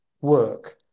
work